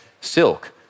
silk